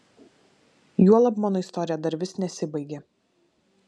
juolab mano istorija dar vis nesibaigė